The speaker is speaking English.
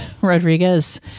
Rodriguez